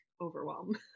Overwhelm